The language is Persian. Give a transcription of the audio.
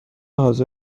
حاضر